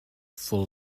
full